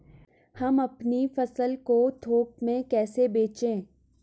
हम अपनी फसल को थोक में कैसे बेचें?